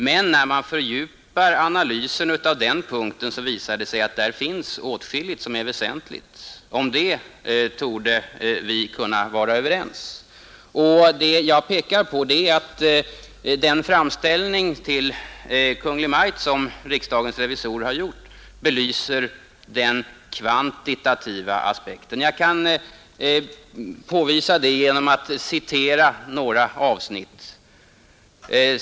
Men när man fördjupar analysen visar det sig att där finns åtskilligt som är väsentligt — om det torde vi kunna vara överens. Vad jag har pekat på är att den framställning till Kungl. Maj:t som riksdagens revisorer har gjort belyser den kvantitativa aspekten. Jag kan påvisa det genom att citera några avsnitt.